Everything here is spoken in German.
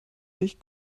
sich